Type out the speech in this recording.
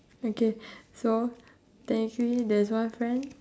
okay so technically there's one friend